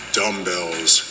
dumbbells